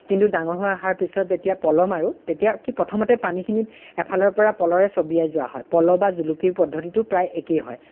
কিন্তু ডাঙৰ হৈ অহাৰ পিছত যেতিয়া পল' মাৰো তেতিয়া কি প্ৰথমতে পানীখিনিত এফালৰ পৰা পল'ৰে চবিয়াই যোৱা হয় পল' বা জুলুকিৰ পদ্ধতিটো প্ৰায় একেই হয়